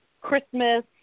Christmas